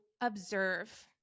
observe